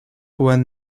juan